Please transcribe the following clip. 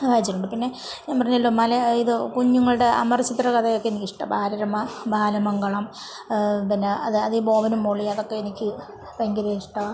വായിച്ചിട്ടുണ്ട് പിന്നെ ഞാൻ പറഞ്ഞല്ലൊ മല ഇത് കുഞ്ഞുങ്ങളുടെ അമർ ചിത്രകഥയൊക്കെ എനിക്കിഷ്ട്ടമാണ് ബാലരമ ബാലമംഗളം പിന്നെ അത് അത് ബോബനും മോളിയും അതൊക്കെ എനിക്ക് ഭയങ്കര ഇഷ്ടമാണ്